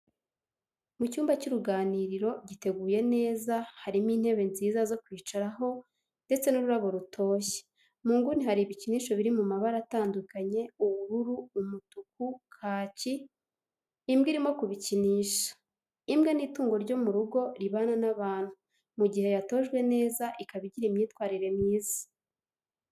Mu cyumba cy'uruganiriro giteguye neza harimo intebe nziza zo kwicaraho, ndetse n'ururabo rutoshye mu nguni, hari ibikinisho biri mu mabara atandukanye ubururu, umutuku, kaki imbwa irimo kubikinsha. Imbwa ni itungo ryo mu rugo ribana n'abantu mu gihe yatojwe neza ikaba igira imyitwarire myiza.